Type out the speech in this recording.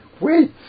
Wait